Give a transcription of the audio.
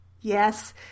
Yes